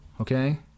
Okay